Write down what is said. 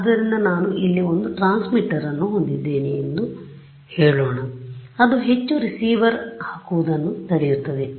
ಆದ್ದರಿಂದ ನಾನು ಇಲ್ಲಿ ಒಂದು ಟ್ರಾನ್ಸ್ಮಿಟರ್ ಅನ್ನು ಹೊಂದಿದ್ದೇನೆ ಎಂದು ಹೇಳೋಣ ಅದು ಹೆಚ್ಚು ರಿಸೀವರ್ ಹಾಕುವುದನ್ನು ತಡೆಯುತ್ತದೆ